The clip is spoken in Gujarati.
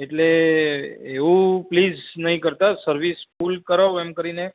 એટલે એવું પ્લીઝ નઈ કરતાં સર્વિસ ફૂલ કરાઉ એમ કરીને